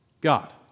God